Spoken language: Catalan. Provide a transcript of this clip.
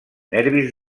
nervis